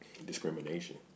discrimination